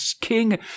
King